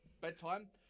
Bedtime